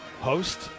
host